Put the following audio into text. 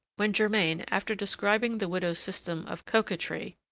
when germain, after describing the widow's system of coquetry,